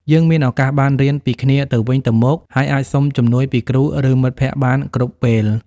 យើងមានឱកាសបានរៀនពីគ្នាទៅវិញទៅមក ហើយអាចសុំជំនួយពីគ្រូ ឬមិត្តភក្តិបានគ្រប់ពេល។